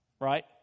Right